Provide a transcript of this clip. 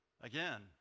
again